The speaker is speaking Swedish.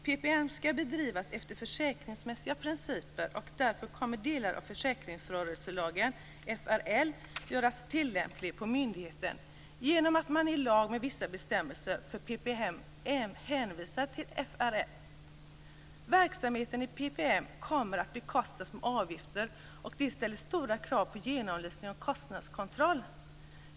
PPM skall bedrivas efter försäkringsmässiga principer, och därför kommer delar av försäkringsrörelselagen, FRL, att göras tilllämpliga på myndigheten genom att man i lagen med vissa bestämmelser för PPM hänvisar till FRL. Verksamheten i PPM kommer att bekostas med avgifter, och det ställer stora krav på genomlysning och kostnadskontroll.